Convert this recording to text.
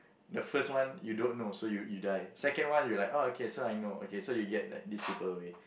the first one you don't know so you you die second one you like orh okay so I know okay so you get like these people away